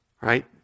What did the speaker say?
Right